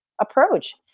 approach